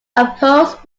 opposed